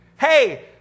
Hey